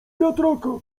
wiatraka